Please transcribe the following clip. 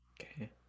Okay